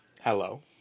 Hello